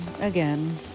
again